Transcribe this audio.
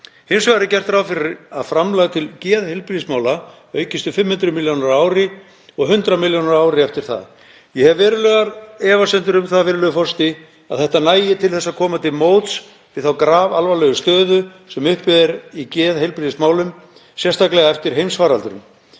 Hins vegar er gert ráð fyrir að framlag til geðheilbrigðismála aukist um 500 millj. kr. á ári og 100 milljónir á ári eftir það. Ég hef verulegar efasemdir um það, virðulegur forseti, að þetta nægi til að koma til móts við þá grafalvarlegu stöðu sem uppi er í geðheilbrigðismálum, sérstaklega eftir heimsfaraldur.